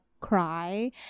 cry